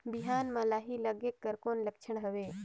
बिहान म लाही लगेक कर कौन लक्षण हवे?